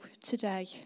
today